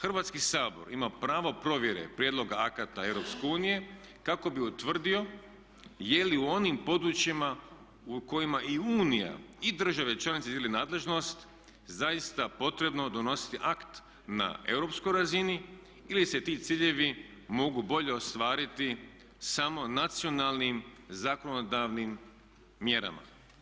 Hrvatski sabor ima pravo provjere prijedloga akata EU kako bi utvrdio je li u onim područjima u kojima i Unija i države članice dijele nadležnost je li zaista potrebno donositi akt na europskoj razini ili se ti ciljevi mogu bolje ostvariti samo nacionalnim zakonodavnim mjerama.